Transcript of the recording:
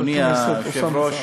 חבר הכנסת אוסאמה סעדי.